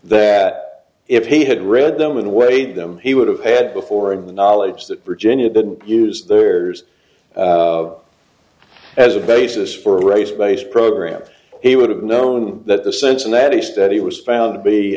that if he had read them and weighed them he would have had before in the knowledge that virginia didn't use theirs as a basis for race based program he would have known that the cincinnati study was found to be